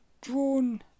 drawn